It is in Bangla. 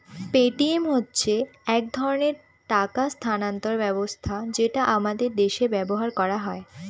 পেটিএম হচ্ছে এক ধরনের টাকা স্থানান্তর ব্যবস্থা যেটা আমাদের দেশে ব্যবহার করা হয়